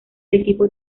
equipo